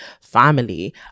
family